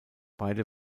beide